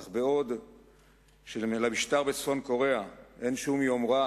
אך בעוד שלמשטר בצפון-קוריאה אין שום יומרה